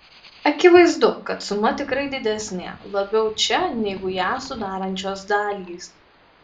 akivaizdu kad suma tikrai didesnė labiau čia negu ją sudarančios dalys